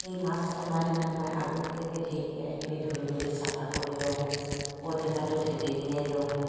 সেই মাছ অনাদিনা মই আগতীয়াকৈ ঢেকীয়া এখিনি ধুই মেলি চাফা কৰি লওঁ ঔটেঙাটো থেতেলিয়াই লওঁ